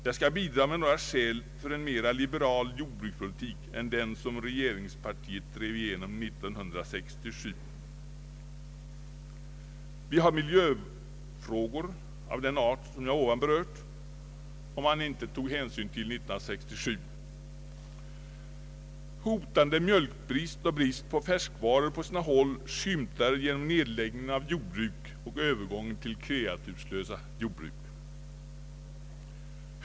Jag skall bidra med några skäl för en mera liberal jordbrukspolitik än den som regeringspartiet drev igenom 1967. Vi har miljöfrågor av den art som jag här berört och som man inte tog hänsyn till 1967. Hotande mjölkbrist och brist på färskvaror på sina håll skymtar genom nedläggningen av jordbruk och Öövergången till kreaturslösa jordbruk.